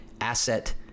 asset